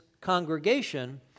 congregation